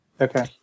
Okay